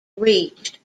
reached